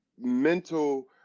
mental